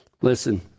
Listen